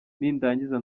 nindangiza